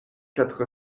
quatre